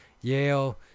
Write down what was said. Yale